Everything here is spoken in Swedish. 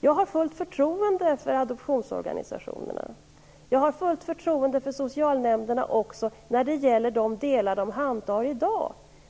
Jag har fullt förtroende för adoptionsorganisationerna. Jag har fullt förtroende för socialnämnderna i fråga om de delar de handhar i dag.